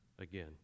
again